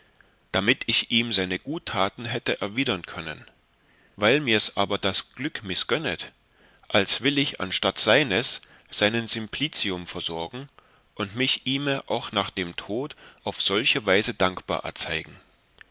damit ich ihm seine guttaten hätte erwidern können weil mirs aber das glück mißgönnet als will ich anstatt seines seinen simplicium versorgen und mich ihme auch nach dem tod auf solche weise dankbar erzeigen